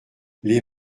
les